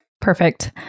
Perfect